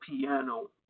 piano